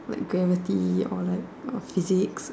like gravity or like of physics